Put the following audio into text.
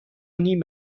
نیم